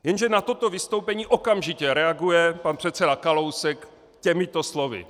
Jenže na toto vystoupení okamžitě reaguje pan předseda Kalousek těmito slovy.